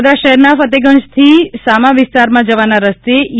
વડોદરા શહેરના ફતેહગંજ થી સમા વિસ્તારમાં જવાના રસ્તે ઈ